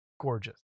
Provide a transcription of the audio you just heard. gorgeous